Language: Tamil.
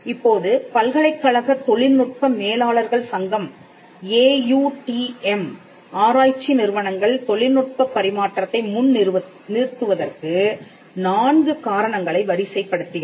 இப்போது பல்கலைக்கழகத் தொழில்நுட்ப மேலாளர்கள் சங்கம் ஏயுடிஎம் ஆராய்ச்சி நிறுவனங்கள் தொழில் நுட்பப் பரிமாற்றத்தை முன் நிறுத்துவதற்கு நான்கு காரணங்களை வரிசைப் படுத்துகிறது